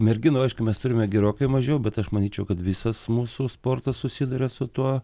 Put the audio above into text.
merginų aišku mes turime gerokai mažiau bet aš manyčiau kad visas mūsų sportas susiduria su tuo